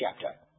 chapter